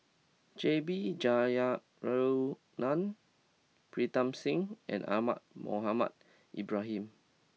J B Jeyaretnam Pritam Singh and Ahmad Mohamed Ibrahim